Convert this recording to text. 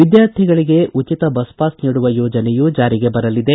ವಿದ್ಯಾರ್ಥಿಗಳಿಗೆ ಉಚಿತ bus pass ನೀಡುವ ಯೋಜನೆಯೂ ಜಾರಿಗೆ ಬರಲಿದೆ